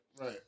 Right